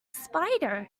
spider